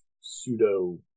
pseudo